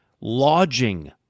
lodging